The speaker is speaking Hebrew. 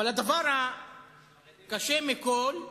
אבל הדבר הקשה מכול,